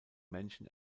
menschen